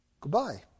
goodbye